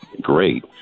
great